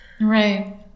Right